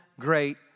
great